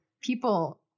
people